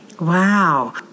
Wow